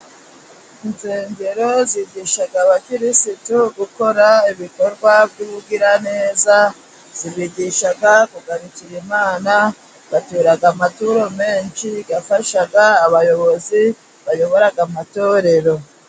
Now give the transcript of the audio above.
Insengero zigisha abakirisitu gukora ibikorwa by'ubugiraneza, zibigisha kugarukira Imana, batura amaturo menshi, afasha abayobozi bayobora amatorero.